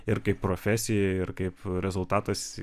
ir kaip profesija ir kaip rezultatas